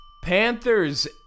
Panthers